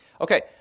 Okay